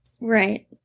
Right